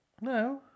No